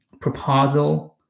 proposal